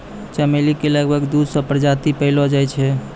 चमेली के लगभग दू सौ प्रजाति पैएलो जाय छै